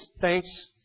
Thanks